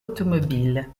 automobile